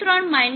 3 0